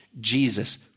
Jesus